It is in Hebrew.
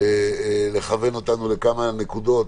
לכוון אותנו לכמה נקודות,